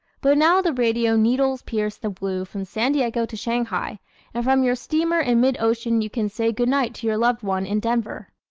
but now the radio needles pierce the blue from san diego to shanghai and from your steamer in mid-ocean you can say good night to your loved one in denver.